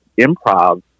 improv